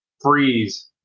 Freeze